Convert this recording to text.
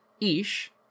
ish